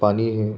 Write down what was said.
पाणी हे